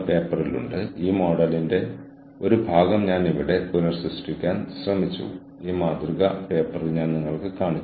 അതിനാൽ നിങ്ങളുടെ സ്വന്തം ജോലി എവിടെയാണ് ചെയ്യുന്നത് മറ്റ് ഓർഗനൈസേഷൻ നിർദ്ദേശിച്ച പ്രശ്നങ്ങൾ നിങ്ങൾ എവിടെയാണ് സ്വീകരിക്കുന്നതെന്ന് കണ്ടെത്തുക